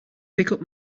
pickup